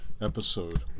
Episode